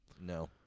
No